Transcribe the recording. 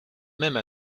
même